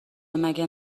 مگه